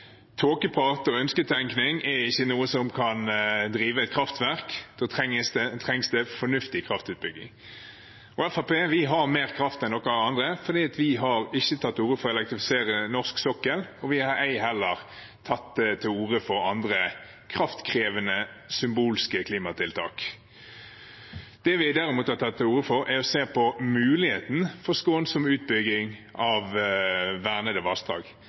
og ønsketenkning er ikke noe som driver kraftverk. Da trengs det fornuftig kraftutbygging. Fremskrittspartiet har mer kraft enn andre, for vi har ikke tatt til orde for å elektrifisere norsk sokkel, og vi har ei heller tatt til orde for andre kraftkrevende symbolske klimatiltak. Det vi derimot har tatt til orde for, er å se på muligheten for skånsom utbygging av vernede vassdrag.